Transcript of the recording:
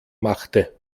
machte